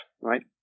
right